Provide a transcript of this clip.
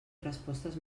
respostes